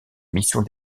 missions